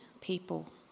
people